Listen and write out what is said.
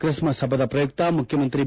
Chris ಮಸ್ ಹಬ್ಬದ ಪ್ರಯುಕ್ತ ಮುಖ್ಯಮಂತ್ರಿ ಬಿ